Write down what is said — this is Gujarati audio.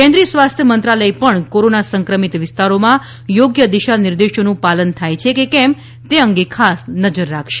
કેન્દ્રીય સ્વાસ્થ્ય મંત્રાલય પણ કોરોના સંક્રમિત વિસ્તારોમાં યોગ્ય દિશાનિર્દેશોનું પાલન થાય છે કે કેમ તે અંગે ખાસ નજર રાખશે